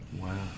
Wow